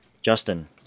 Justin